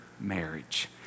marriage